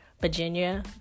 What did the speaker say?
Virginia